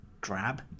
Drab